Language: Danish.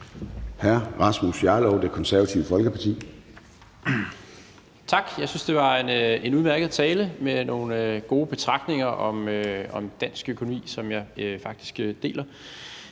09:42 Rasmus Jarlov (KF): Tak. Jeg synes, at det var en udmærket tale med nogle gode betragtninger om dansk økonomi, som jeg faktisk deler.